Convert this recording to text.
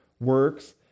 works